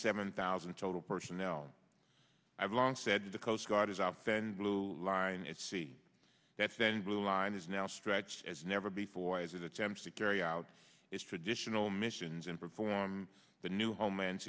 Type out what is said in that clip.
seven thousand total personnel i've long said the coast guard is out then blue line at sea that's then blue line is now stretched as never before as it attempts to carry out its traditional missions and perform the new homeland